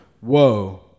Whoa